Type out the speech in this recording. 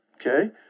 Okay